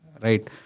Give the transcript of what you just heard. right